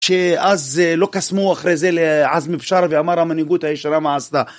שאז לא קסמו אחרי זה לעז מבשר ואמר המנהיגות הישרה מה עשתה